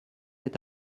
est